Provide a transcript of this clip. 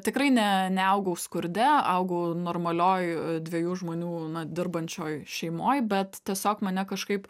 tikrai ne neaugau skurde augau normalioj dviejų žmonių dirbančioj šeimoj bet tiesiog mane kažkaip